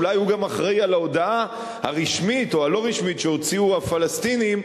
אולי הוא גם אחראי להודעה הרשמית או הלא-רשמית שהוציאו הפלסטינים,